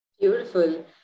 beautiful